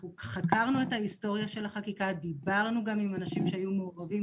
אנחנו חקרנו את ההיסטוריה של החקיקה ודיברנו עם אנשים שהיו מעורבים,